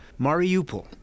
Mariupol